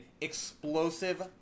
explosive